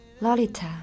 Lolita